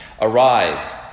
Arise